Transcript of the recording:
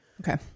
Okay